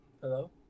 Hello